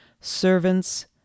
servants